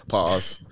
Pause